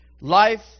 Life